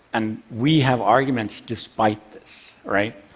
and we have arguments despite this, right?